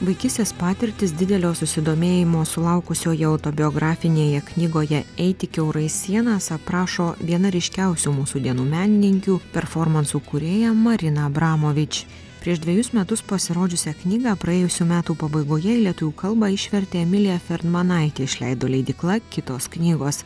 vaikystės patirtis didelio susidomėjimo sulaukusioje autobiografinėje knygoje eiti kiaurai sienas aprašo viena ryškiausių mūsų dienų menininkių performansų kūrėja marina abramovič prieš dvejus metus pasirodžiusią knygą praėjusių metų pabaigoje į lietuvių kalbą išvertė emilija fermanaitė išleido leidykla kitos knygos